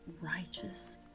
righteous